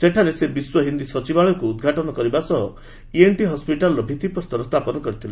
ସେଠାରେ ସେ ବିଶ୍ୱ ହିନ୍ଦୀ ସଚିବାଳୟକୁ ଉଦ୍ଘାଟନ କରିବା ସହ ଏକ ଇଏନ୍ଟି ହସ୍ପିଟାଲ୍ର ଭିତ୍ତିପ୍ରସ୍ତର ସ୍ଥାପନ କରିଥିଲେ